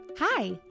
Hi